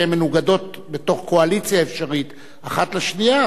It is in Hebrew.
שהן מנוגדות בתוך קואליציה אפשרית אחת לשנייה,